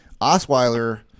Osweiler